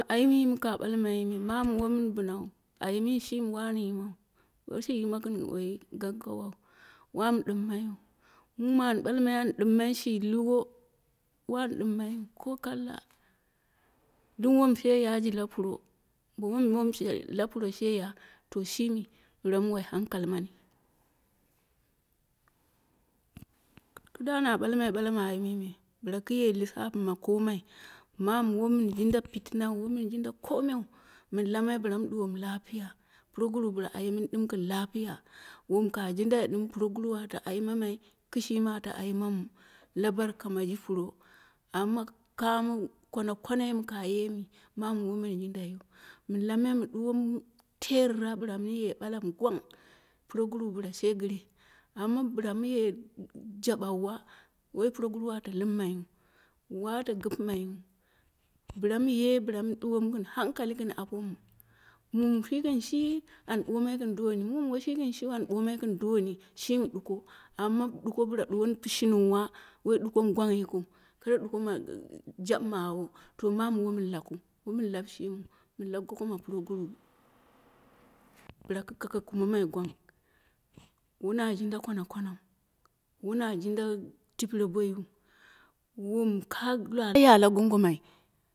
Ayimi ka ɓalmai mi mamu wo min binau. Ayimi shimi wan yimau woshi yima gin gaggawa wam dim ma yiwu. Mumi and balmai an dimmai shi hwo. wan dimmaiyu ko kalla, dum wom she ya ji lapuro. Bo wom shi mi wai hankali mani kida na ɓalmai ɓala ma ayim mi me bla ku ye lisati ma komai. Mamu wo min jinda pitina wo min jinda kome. min lammai bla mi duwomu lapiya. Puroguru bla ayemin dan gin lapiya. Wom ka jinda dum puroguru ate aimamai kishi mi ate aimamu la baka maji puro. Amma kamo kwanakwana mi ka yemi mamu womin jindaiwu. Min lammai mu duwo nu terra blamiye ɓala mi gwang puroguru bla she gire. Amma bla mi ye yabawwa woi puroguru at limmayu wa to gipi mayu. Bla mi ye bla mi duwo mu gin hankali gin apomu. Mu mi shi gin shi an bomai gin duwoni, mu mi woshi gin shi an bomai gin duwoni shimi duko. Amma duko bla duwoni pishnuwa woi duko mi gwang yikiu ka re duko ma jabima awo to mamu womin lakul wo min lau shimi, min lau goko ma puroguru. Bla ku kake kumo mai gwang wona jinda kwan kwanau, wona jinda tipire boiwuwom ka lwa la gongomai.